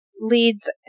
Leads